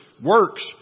works